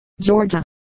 Georgia